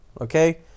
Okay